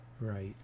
Right